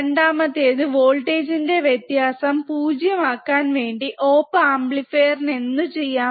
രണ്ടാമത്തേത് വോൾടേജ് ന്റെ വ്യത്യാസം 0 ആക്കാൻ വേണ്ടി ഒപ് അമ്പ്ലിഫീർ നു എന്തും ചെയ്യാം